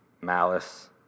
Malice